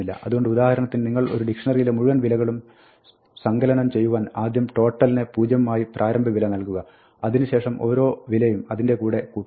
അതുകൊണ്ട് ഉദാഹരണത്തിന് നിങ്ങൾക്ക് ഒരു ഡിക്ഷ്ണറിയിലെ മുഴുവൻ വിലകളും സങ്കലനം ചെയ്യുവാൻ ആദ്യം total നെ 0 ആയി പ്രാരംഭവില നൽകുക അതിനു ശേഷം ഓരേ വിലയും അതിൻറെ കൂടെ കൂട്ടുക